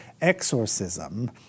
exorcism